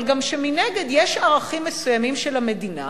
אבל גם שמנגד יש ערכים מסוימים של המדינה